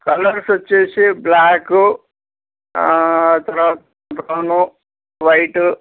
colours వచ్చేసి black తర్వా brown white